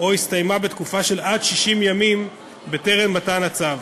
או הסתיימה בתקופה של עד 60 ימים בטרם מתן הצו